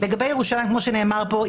לגבי ירושלים כמו שנאמר פה,